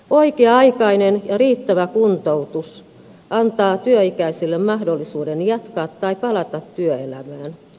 oikea aikainen ja riittävä kuntoutus antaa työikäisille mahdollisuuden jatkaa tai palata työelämään